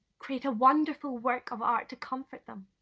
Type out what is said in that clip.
create a wonderful work of art to comfort them,